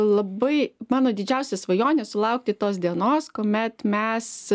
labai mano didžiausia svajonė sulaukti tos dienos kuomet mes